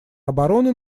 обороны